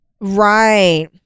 right